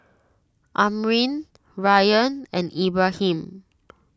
Amrin Ryan and Ibrahim